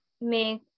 make